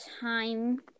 time